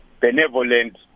benevolent